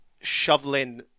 shoveling